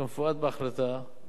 כמפורט בהחלטה,